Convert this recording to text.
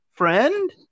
friend